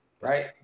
right